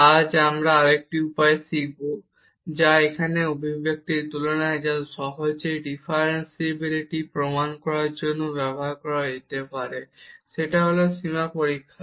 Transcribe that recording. আজ আমরা আরেকটি উপায় শিখব যা এখানে এই অভিব্যক্তির সমতুল্য যা সহজেই ডিফারেনশিবিলিটি প্রমাণ করার জন্য ব্যবহার করা যেতে পারে এবং সেটি হল সীমা পরীক্ষা